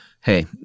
hey –